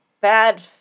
bad